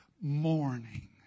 morning